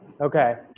Okay